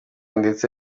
ndetse